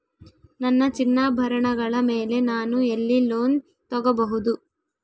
ನನ್ನ ಚಿನ್ನಾಭರಣಗಳ ಮೇಲೆ ನಾನು ಎಲ್ಲಿ ಲೋನ್ ತೊಗೊಬಹುದು?